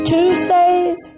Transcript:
Tuesdays